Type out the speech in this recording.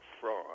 fraud